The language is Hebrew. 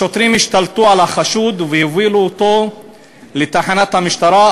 השוטרים השתלטו על החשוד והובילו אותו לתחנת המשטרה.